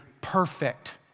perfect